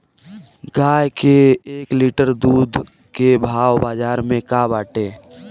गाय के एक लीटर दूध के भाव बाजार में का बाटे?